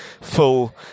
full